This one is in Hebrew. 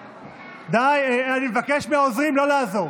די, אני מבקש מהעוזרים לא לעזור.